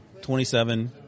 27